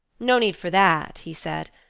no need for that, he said,